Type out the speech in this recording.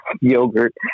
yogurt